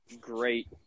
great